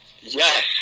Yes